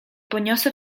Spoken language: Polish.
poniosę